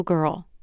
girl